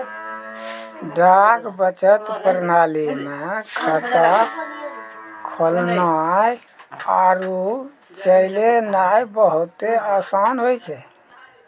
डाक बचत प्रणाली मे खाता खोलनाय आरु चलैनाय बहुते असान होय छै